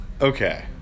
okay